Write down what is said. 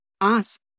Ask